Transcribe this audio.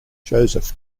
joseph